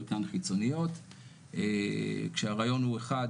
חלקן חיצוניות כשהרעיון הוא אחד,